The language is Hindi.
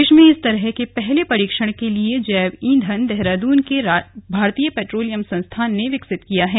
देश में इस तरह के पहले परीक्षण के लिए जैव ईंधन देहरादून के भारतीय पैट्रोलियम संस्थान ने विकसित किया है